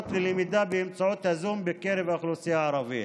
ללמידה באמצעות הזום בקרב האוכלוסייה הערבית.